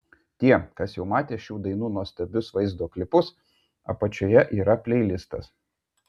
tie kas jau matė šių dainų nuostabius vaizdo klipus apačioje yra pleilistas